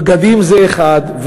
בגדים זה אחד,